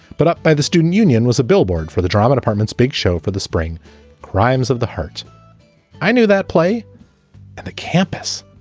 but by the student union was a billboard for the drama department's big show for the spring crimes of the heart i knew that play at and the campus